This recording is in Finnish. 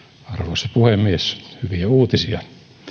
arvoisa puhemies hyviä uutisia